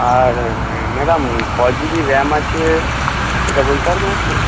আর madam ক GB RAM আছে এটা বলতে পারবেন একটু